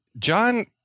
John